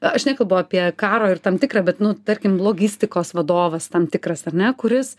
aš nekalbu apie karo ir tam tikrą bet nu tarkim logistikos vadovas tam tikras ar ne kuris